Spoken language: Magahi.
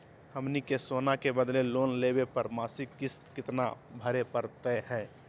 हमनी के सोना के बदले लोन लेवे पर मासिक किस्त केतना भरै परतही हे?